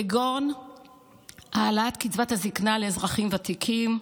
כגון העלאת קצבת הזקנה לאזרחים ותיקים,